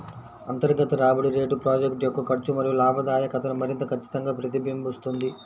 అంతర్గత రాబడి రేటు ప్రాజెక్ట్ యొక్క ఖర్చు మరియు లాభదాయకతను మరింత ఖచ్చితంగా ప్రతిబింబిస్తుంది